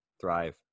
Thrive